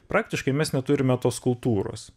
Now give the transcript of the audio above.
praktiškai mes neturime tos kultūros